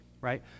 right